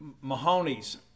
Mahoney's